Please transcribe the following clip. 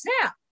snap